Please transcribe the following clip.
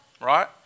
right